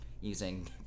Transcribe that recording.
using